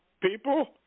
people